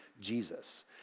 Jesus